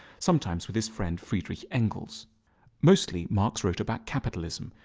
sometimes with his friend friedrich engels mostly, marx wrote about capitalism,